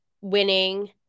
winning